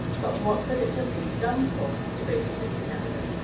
but what could it have been done for? debated mr. galloway.